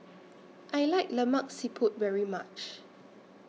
I like Lemak Siput very much